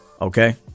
okay